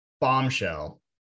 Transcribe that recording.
bombshell